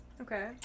Okay